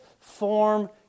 form